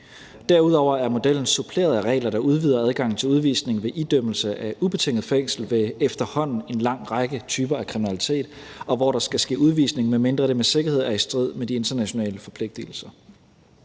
Derudover er modellen suppleret af regler, der udvider adgangen til udvisning ved idømmelse af ubetinget fængsel ved efterhånden en lang række typer af kriminalitet, og hvor der skal ske udvisning, medmindre det med sikkerhed er i strid med de internationale forpligtigelser.